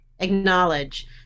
acknowledge